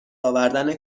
آوردن